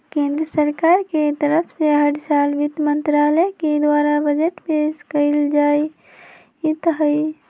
केन्द्र सरकार के तरफ से हर साल वित्त मन्त्रालय के द्वारा बजट पेश कइल जाईत हई